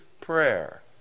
prayer